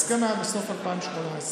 ההסכם היה בסוף 2018,